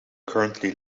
currently